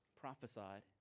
prophesied